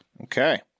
Okay